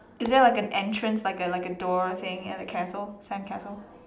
is there like an entrance like a like a door staying the castle sandcastle